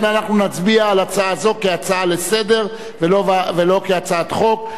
אנחנו נצביע על הצעה זאת כהצעה לסדר-היום ולא כהצעת חוק.